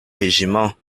régiment